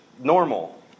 Normal